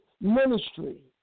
ministry